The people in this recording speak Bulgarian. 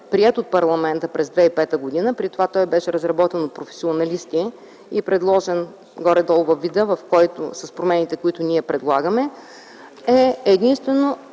приет от парламента през 2005 г. (преди това той беше разработен от професионалисти и предложен горе-долу във вида с промените, които ние предлагаме), е единствено